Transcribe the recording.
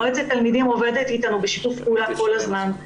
מועצת התלמידים עובדת אתנו בשיתוף פעולה כל הזמן.